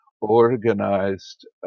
organized